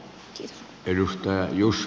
arvoisa puhemies